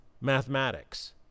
mathematics